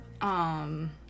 um-